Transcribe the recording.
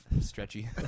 stretchy